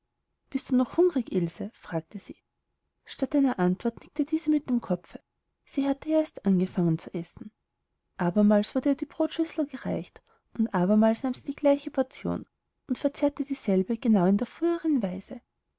bist du noch hungrig ilse fragte sie statt einer antwort nickte diese mit dem kopfe sie hatte ja erst angefangen zu essen abermals wurde ihr die brotschüssel gereicht und abermals nahm sie die gleiche portion und verzehrte dieselbe genau in der früheren weise